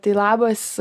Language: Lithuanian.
tai labas